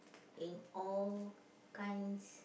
in all kinds